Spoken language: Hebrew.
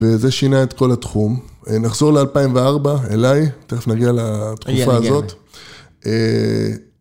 וזה שינה את כל התחום, נחזור ל-2004, אליי, תכף נגיע לתקופה הזאת.